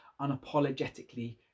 unapologetically